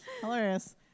Hilarious